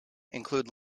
include